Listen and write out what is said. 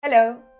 Hello